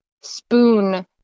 spoon